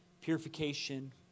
purification